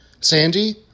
Sandy